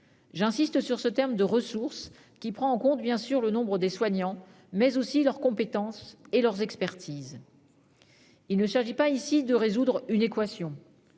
J'insiste sur ce terme « ressources », qui prend naturellement en compte le nombre des soignants, mais aussi leurs compétences et leur expertise. Il ne s'agit pas de résoudre une équation.